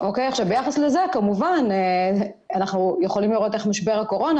ביחס לזה אנחנו יכולים לראות איך משבר הקורונה